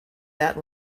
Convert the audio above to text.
that